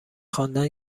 خواندن